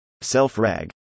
Self-RAG